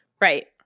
Right